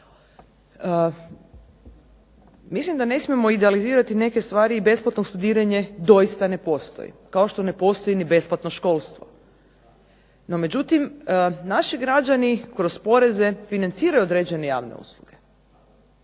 Mislim da ne smijemo idealizirati neke stvari i besplatno studiranje doista ne postoji kao što ne postoji ni besplatno školstvo. No međutim, naši građani kroz poreze financiraju određene javne usluge,